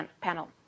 panel